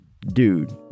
dude